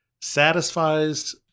satisfies